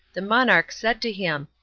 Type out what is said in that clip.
the monarch said to him,